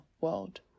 world